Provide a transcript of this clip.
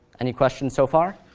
any questions so far?